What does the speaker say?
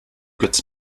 götz